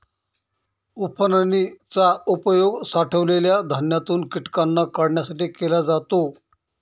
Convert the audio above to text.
उफणनी चा उपयोग साठवलेल्या धान्यातून कीटकांना काढण्यासाठी केला जातो